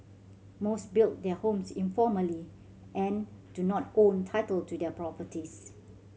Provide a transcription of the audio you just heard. most built their homes informally and do not own title to their properties